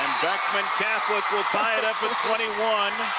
beckman catholic will tie it up with twenty one.